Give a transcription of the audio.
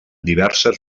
diverses